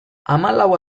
hamalau